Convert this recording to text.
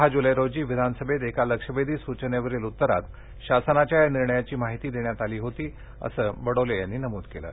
दहा ज्लै रोजी विधानसभेत एका लक्षवेधी सूचनेवरील उत्तरात शासनाच्या या निर्णयाची माहिती दिली होती असेही बडोले यांनी नमूद केले